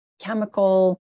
chemical